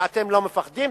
אם אתם לא מפחדים,